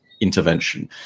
intervention